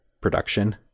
production